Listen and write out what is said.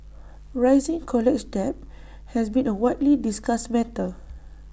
rising college debt has been A widely discussed matter